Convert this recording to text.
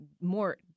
more